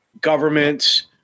Governments